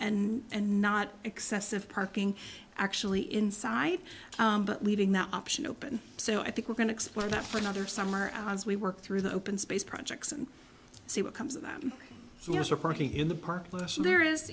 that and not excessive parking actually inside but leaving that option open so i think we're going to explore that for another summer as we work through the open space projects and see what comes of them for parking in the park there is